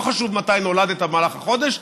לא חשוב מתי נולדת במהלך החודש,